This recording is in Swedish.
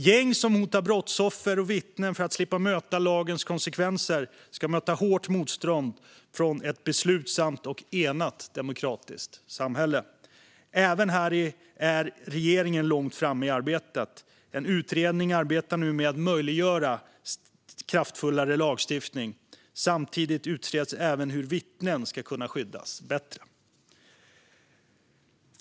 Gäng som hotar brottsoffer och vittnen för att slippa möta lagens konsekvenser ska möta hårt motstånd från ett beslutsamt och enat demokratiskt samhälle. Även här är regeringen långt framme i arbetet. En utredning arbetar nu med att möjliggöra kraftfullare lagstiftning. Samtidigt utreds även hur vittnen ska kunna skyddas bättre.